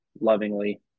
lovingly